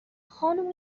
خانم